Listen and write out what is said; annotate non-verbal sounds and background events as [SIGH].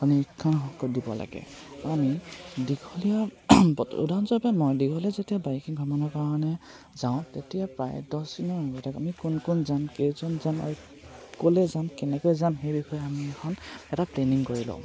[UNINTELLIGIBLE] দিব লাগে আমি দীঘলীয়া উদাহৰণস্বৰূপে মই দীঘলীয়া যেতিয়া বাইকিং ভ্ৰমণৰ কাৰণে যাওঁ তেতিয়া প্ৰায় দছদিনৰ আগতে আমি কোন কোন যাম কেইজন যাম আৰু ক'লৈ যাম কেনেকৈ যাম সেই বিষয়ে আমি এখন এটা প্লেনিং কৰি লওঁ